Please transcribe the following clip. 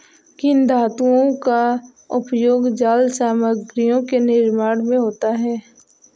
किन धातुओं का उपयोग जाल सामग्रियों के निर्माण में होता है?